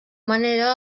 manera